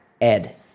Ed